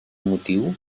motiu